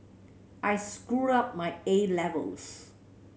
I screwed up my A levels